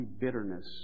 bitterness